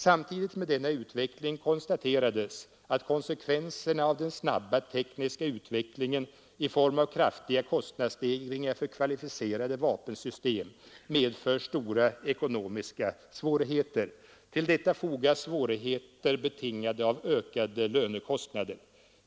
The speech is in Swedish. Samtidigt med denna utveckling konstaterades att konsekvenserna av den snabba tekniska utvecklingen i form av kraftiga kostnadsstegringar för kvalificerade vapensystem medför stora ekonomiska svårigheter. Till detta fogas svårigheter betingade av ökade lönekostnader.